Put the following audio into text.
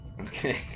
Okay